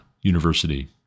University